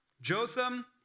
Jotham